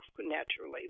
naturally